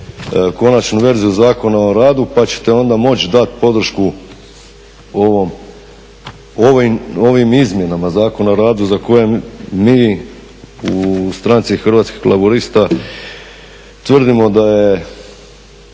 konačnu verziju Zakona o radu pa ćete onda moći dati podršku ovim izmjenama Zakona o radu za kojeg mi u stranci Hrvatskih laburista tvrdimo da je